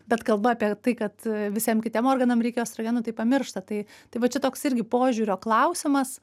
bet kalba apie tai kad visiem kitiem organam reikia estrogenų tai pamiršta tai tai va čia toks irgi požiūrio klausimas